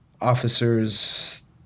officers